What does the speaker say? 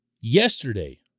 Yesterday